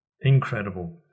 incredible